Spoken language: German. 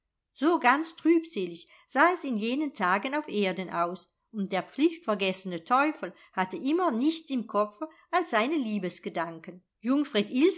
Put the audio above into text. so ganz trübselig sah es in jenen tagen auf erden aus und der pflichtvergessene teufel hatte immer nichts im kopfe als seine liebesgedanken